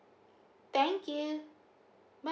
thank you bye